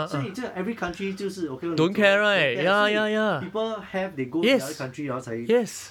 所以这个 every country 就是 okay lor 你走 lor don't care 所以 people have they go the other country hor 才